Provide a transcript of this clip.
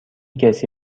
کسی